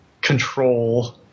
control